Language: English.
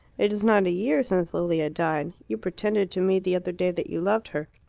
it is not a year since lilia died. you pretended to me the other day that you loved her.